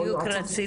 לשיוויון